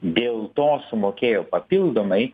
dėl to sumokėjo papildomai